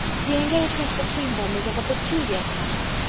the engagement between them is of a peculiar kind.